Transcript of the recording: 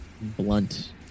blunt